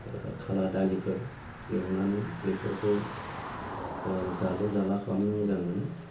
ओ खाला दालिफोर एवनानै बेफोरखौ ओ जालु जाला खालामनो मोजां मोनो